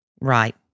Right